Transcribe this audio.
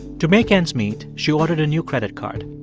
to make ends meet, she ordered a new credit card.